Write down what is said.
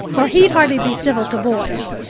for he'd hardly be civil to boys.